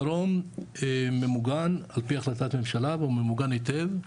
הדרום ממוגן על פי החלטת ממשלה והוא ממוגן היטב,